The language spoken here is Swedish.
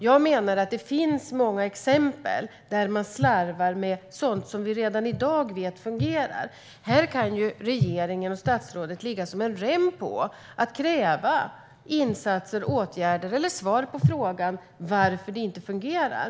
Jag menar att det finns många exempel där man slarvar med sådant som vi redan i dag vet fungerar. Här kan regeringen och statsrådet ligga som en rem efter marken och kräva insatser och åtgärder eller svar på frågan om varför det inte fungerar.